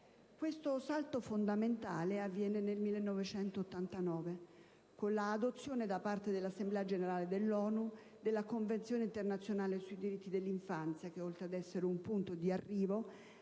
Un salto fondamentale avviene nel 1989, con l'adozione da parte dell'Assemblea Generale dell'ONU della Convenzione internazionale sui diritti dell'infanzia che, oltre ad essere un punto di arrivo,